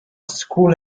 school